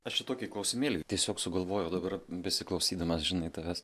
aš čia tokį klausimėlį tiesiog sugalvojau dabar besiklausydamas žinai tavęs